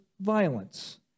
violence